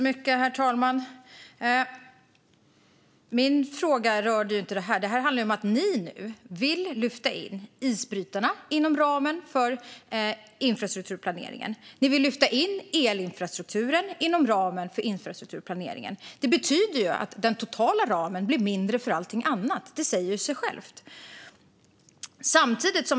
Herr talman! Min fråga rörde inte detta. Detta handlar om att ni nu vill lyfta in isbrytarna inom ramen för infrastrukturplaneringen. Ni vill lyfta in elinfrastrukturen inom ramen för infrastrukturplaneringen. Det betyder att den totala ramen blir mindre för allting annat. Det säger sig självt.